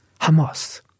Hamas